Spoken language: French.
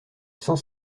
cent